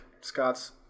Scott's